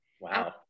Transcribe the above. Wow